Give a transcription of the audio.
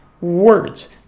words